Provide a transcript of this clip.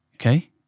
okay